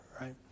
Right